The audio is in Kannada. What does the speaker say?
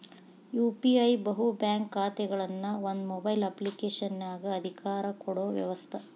ಯು.ಪಿ.ಐ ಬಹು ಬ್ಯಾಂಕ್ ಖಾತೆಗಳನ್ನ ಒಂದ ಮೊಬೈಲ್ ಅಪ್ಲಿಕೇಶನಗ ಅಧಿಕಾರ ಕೊಡೊ ವ್ಯವಸ್ತ